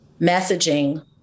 messaging